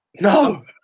No